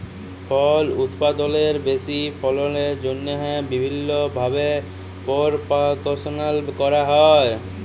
ফল উৎপাদলের বেশি ফললের জ্যনহে বিভিল্ল্য ভাবে পরপাগাশল ক্যরা হ্যয়